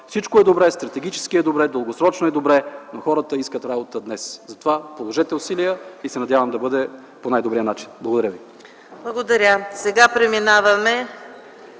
Всичко е добре, стратегически е добре, дългосрочно е добре. Но хората искат работа днес! Затова, положете усилия и се надявам да е по най-добрия начин. Благодаря ви. ПРЕДСЕДАТЕЛ